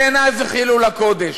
בעיני זה חילול הקודש.